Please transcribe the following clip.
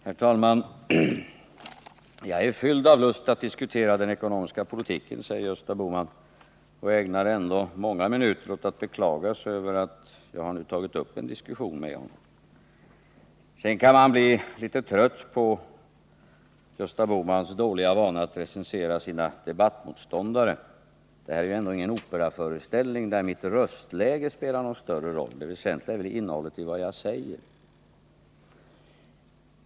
Herr talman! Jag är fylld av lust att diskutera den ekonomiska politiken, säger Gösta Bohman och ägnar ändå många minuter åt att beklaga sig över att jag har tagit upp en diskussion med honom. Man kan bli litet trött på Gösta Bohmans dåliga vana att recensera sina debattmotståndare. Det här är ändå ingen operaföreställning, där mitt röstläge spelar någon större roll. Det väsentliga är väl innehållet i vad jag säger.